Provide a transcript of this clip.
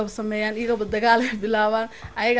know some man you know but they got i